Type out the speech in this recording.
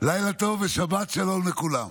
לילה טוב ושבת שלום לכולם.